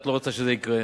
את לא רוצה שזה יקרה,